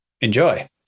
Enjoy